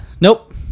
Nope